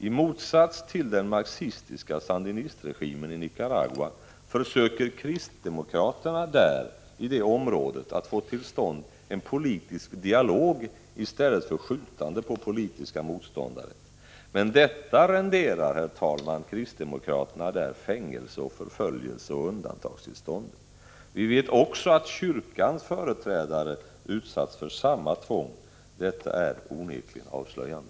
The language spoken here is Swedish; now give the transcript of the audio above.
I motsats till den marxistiska sandinistregimen i Nicaragua försöker kristdemokraterna i detta område att få till stånd en politisk dialog i stället för skjutande på politiska motståndare. Men detta renderar, herr talman, kristdemokraterna i Nicaragua fängelse, förföljelse och undantagstillstånd. Vi vet att också kyrkans företrädare utsatts för samma tvång. Detta är onekligen avslöjande.